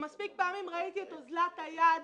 ומספיק פעמים ראיתי את אוזלת היד.